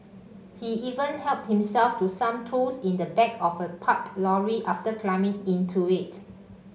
he even helped himself to some tools in the back of a parked lorry after climbing into it